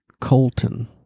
Colton